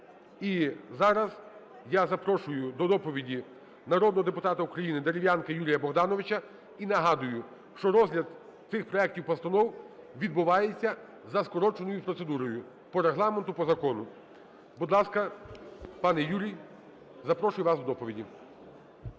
І зараз я запрошую до доповіді народного депутата України Дерев'янка Юрія Богдановича і нагадую, що розгляд цих проектів постанов відбувається за скороченою процедурою по Регламенту, по закону. Будь ласка, пане Юрій, запрошую вас до доповіді.